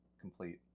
complete